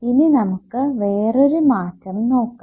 ഇനി നമുക്ക് വേറൊരു മാറ്റം നോക്കാം